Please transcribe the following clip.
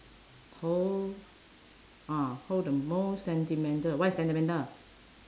hold ah hold the most sentimental what is sentimental